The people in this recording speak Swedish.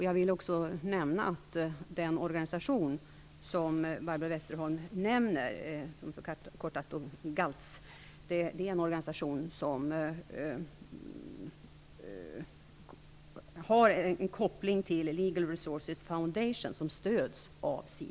Jag vill också nämna att den organisation som Barbro Westerholm nämner, GALZ, har en koppling till Leagal Resources Foundation som stöds av SIDA.